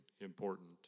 important